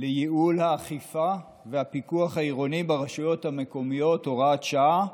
לייעול האכיפה והפיקוח העירוניים ברשויות המקומיות (הוראת שעה)